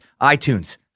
iTunes